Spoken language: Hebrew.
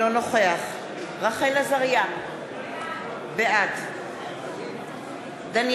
נוכח זוהיר בהלול, נגד נאוה בוקר, בעד דוד